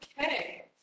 okay